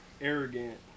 arrogant